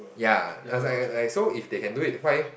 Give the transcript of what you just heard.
ya I was like like so if they can do it why